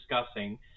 discussing